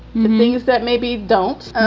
the things that maybe don't know